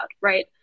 right